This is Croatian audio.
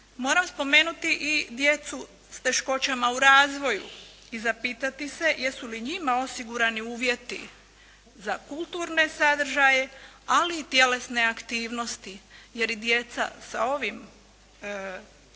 Moram spomenuti i djecu s teškoćama u razvoju i zapitati se jesu li njima osigurani uvjeti za kulturne sadržaje ali i tjelesne aktivnosti jer i djeca sa ovim